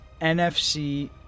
NFC